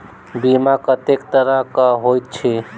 बीमा कत्तेक तरह कऽ होइत छी?